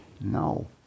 No